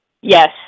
Yes